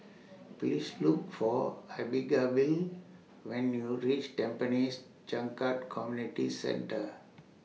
Please Look For Abigayle when YOU REACH Tampines Changkat Community Centre